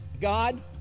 God